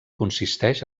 consisteix